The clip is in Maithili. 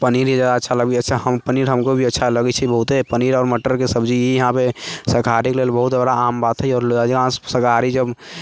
पनीर ही जादा अच्छा लागै छै हम पनीर हमको भी अच्छा लागै छै बहुते पनीर आओर मटरके सब्जी इहाँपर शाकाहारीके लेल बहुत बड़ा आम बात हय आओर अधिकांश शाकाहारी छै